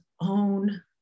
own